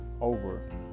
over